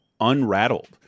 unrattled